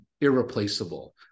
irreplaceable